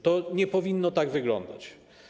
To nie powinno tak wyglądać.